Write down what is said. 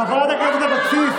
חברת הכנסת ברק, נא לשבת.